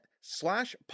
slash